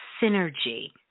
synergy